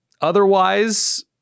Otherwise